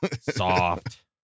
Soft